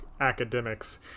academics